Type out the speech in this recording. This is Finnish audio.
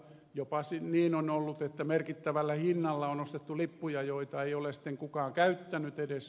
jopa niin on ollut että merkittävällä hinnalla on ostettu lippuja joita ei ole sitten kukaan käyttänyt edes